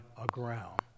aground